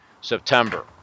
September